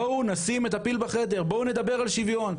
בואו נשים את הפיל בחדר, בואו נדבר על שוויון.